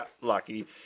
lucky